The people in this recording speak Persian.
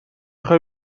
خوای